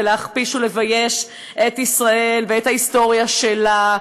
ולהכפיש ולבייש את ישראל ואת ההיסטוריה שלה,